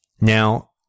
Now